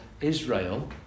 israel